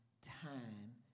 time